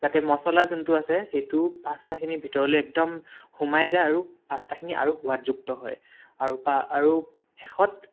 যাতে মচলা যোনটো আছে সেইটো পাস্তাখিনিৰ ভিতৰলৈ একদম সোমাই যায় আৰু পাস্তাখিনি আৰু সোৱাদযুক্ত হয় আৰু পা আৰু শেষত